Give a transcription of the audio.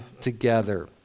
together